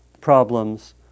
problems